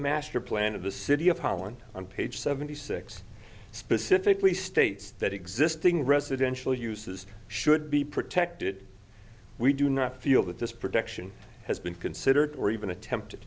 master plan of the city of holland on page seventy six specifically states that existing residential uses should be protected we do not feel that this protection has been considered or even attempt